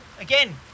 again